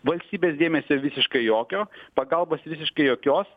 valstybės dėmesio visiškai jokio pagalbos visiškai jokios